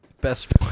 best